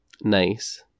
nice